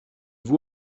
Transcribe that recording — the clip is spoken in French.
vous